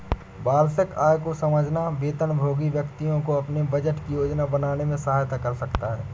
वार्षिक आय को समझना वेतनभोगी व्यक्तियों को अपने बजट की योजना बनाने में सहायता कर सकता है